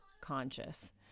conscious